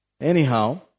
Anyhow